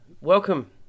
welcome